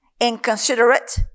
inconsiderate